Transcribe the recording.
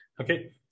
okay